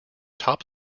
top